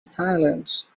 silent